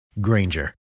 Granger